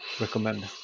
recommend